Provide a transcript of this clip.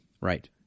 Right